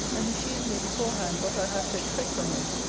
and who shews me beforehand what i have to expect from him,